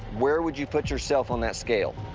where would you put yourself on that scale?